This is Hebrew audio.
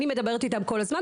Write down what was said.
אני מדברת איתם כל הזמן.